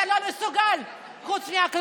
אתה לא מסוגל, חוץ מהקללות.